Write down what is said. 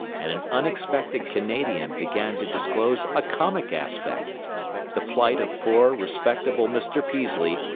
and an unexpected canadian began to disclose a comic aspect the plight of poor, respectable mr. peaslee,